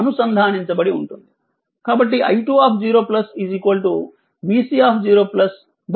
కాబట్టి i20 vC0 20